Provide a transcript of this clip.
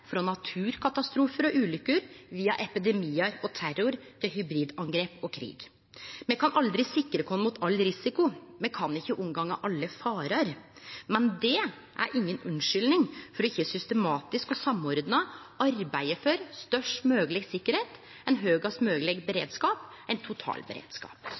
naturkatastrofer og ulykker via epidemier og terror til hybridangrep og krig. Vi kan aldri sikre oss mot all risiko, og vi kan aldri unngå alle farer. Men dét er ingen unnskyldning for ikke systematisk og samordnet å arbeide for størst mulig sikkerhet; en høyest mulig beredskap; en totalberedskap.»